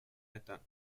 это